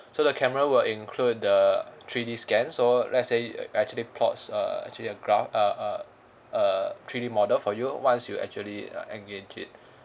so the camera will include the three D scan so let's say uh actually plot a actually a graph uh uh a three D model for you once you actually uh engage it